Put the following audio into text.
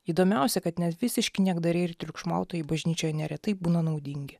įdomiausia kad net visiški niekdariai ir triukšmautojai bažnyčioje neretai būna naudingi